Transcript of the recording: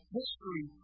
history